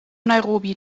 nairobi